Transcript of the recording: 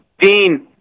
Dean